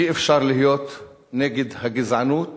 אי-אפשר להיות נגד הגזענות